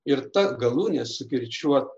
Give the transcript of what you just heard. ir ta galūnė sukirčiuo